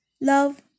love